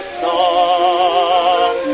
song